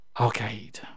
Arcade